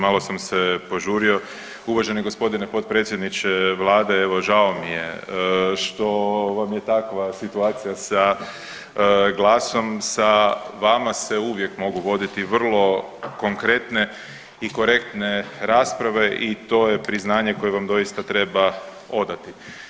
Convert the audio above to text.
Malo sam se požurio, uvaženi gospodine potpredsjedniče vlade evo žao mi je što vam je takva situacija sa glasom, sa vama se uvijek mogu voditi vrlo konkretne i korektne rasprave i to je priznanje koje vam doista treba odati.